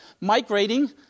migrating